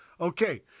Okay